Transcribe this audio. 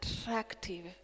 attractive